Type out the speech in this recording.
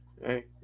Hey